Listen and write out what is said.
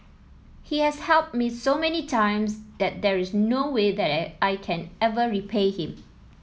he has helped me so many times that there is no way that I I can ever repay him